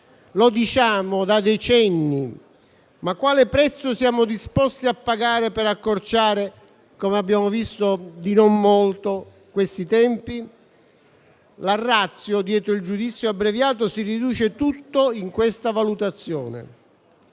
lo diciamo da decenni. Ma quale prezzo siamo disposti a pagare per accorciare, come abbiamo visto, di non molto, questi tempi? La *ratio* dietro il giudizio abbreviato si riduce tutta in questa valutazione.